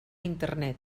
internet